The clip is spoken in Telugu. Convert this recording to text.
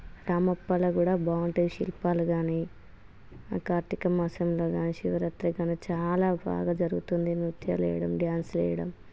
రామప్పాలో కూడా బాగుంటాయి శిల్పాలు కానీ కార్తీక మాసంలో కానీ శివరాత్రి కానీ చాలా బాగా జరుగుతుంది నృత్యాలెయ్యడం డ్యాన్స్లు వెయ్యడం